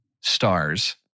stars